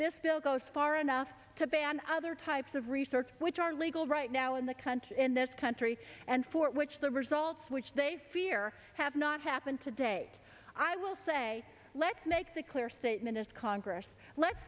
bill goes far enough to ban other types of research which are legal right now in the country in this country and for which the results which they fear have not happened today i will say let's make that clear statement as congress let